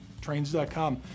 Trains.com